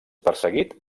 perseguit